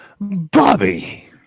Bobby